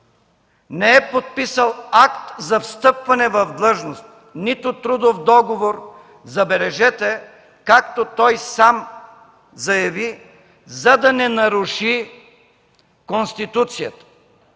не е подписал акт за встъпване в длъжност, нито трудов договор, забележете, както той сам заяви, за да не наруши Конституцията!